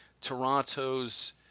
Toronto's